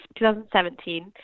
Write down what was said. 2017